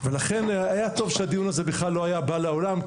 ולכן היה טוב שהדיון הזה בכלל לא היה בא לעולם,